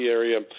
area